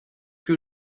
que